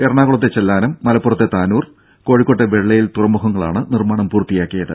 എറണാകുളത്തെ ചെല്ലാനം മലപ്പുറത്തെ താനൂർ കോഴിക്കോട്ടെ വെള്ളയിൽ തുറമുഖങ്ങളാണ് നിർമ്മാണം പൂർത്തിയാക്കിയത്